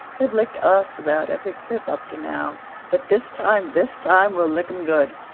they've licked us about every clip up to now but this time this time we'll lick em good!